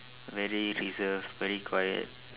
very reserved very quiet